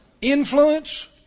Influence